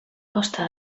costa